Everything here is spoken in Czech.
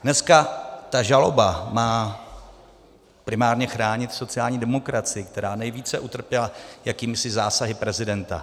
Dneska ta žaloba má primárně chránit sociální demokracii, která nejvíce utrpěla jakýmisi zásahy prezidenta.